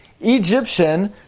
Egyptian